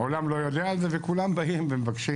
העולם לא יודע על זה וכולם באים ומבקשים.